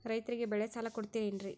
ರೈತರಿಗೆ ಬೆಳೆ ಸಾಲ ಕೊಡ್ತಿರೇನ್ರಿ?